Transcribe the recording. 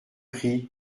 prix